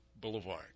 Boulevard